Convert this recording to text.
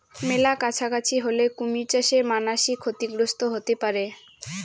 মেলা কাছাকাছি হলে কুমির চাষে মানাসি ক্ষতিগ্রস্ত হতে পারে